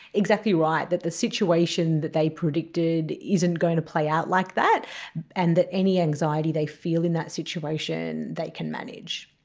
exactly right, that the situation that they predicted isn't going to play out like that and that any anxiety they feel in that situation they can manage.